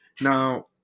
Now